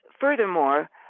furthermore